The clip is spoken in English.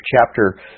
chapter